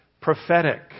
prophetic